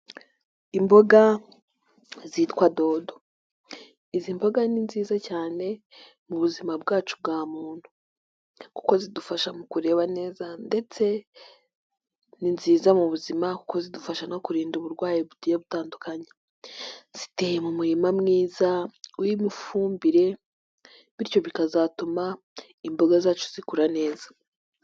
Imboga zitwa dodo, izi mboga ni nziza cyane mu buzima bwacu bwa muntu, kuko zidufasha mu kureba neza ndetse ni nziza mu buzima kuko zidufasha no kurinda uburwayi bugiye butandukanye, ziteye mu murima mwiza urimo ifumbire bityo bikazatuma imboga zacu zikura neza.